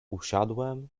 usiadłem